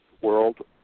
world